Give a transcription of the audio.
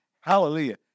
Hallelujah